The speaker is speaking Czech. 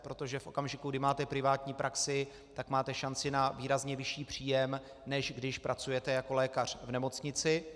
Protože v okamžiku, kdy máte privátní praxi, tak máte šanci na výrazně vyšší příjem, než když pracujete jako lékař v nemocnici.